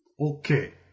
Okay